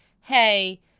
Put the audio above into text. hey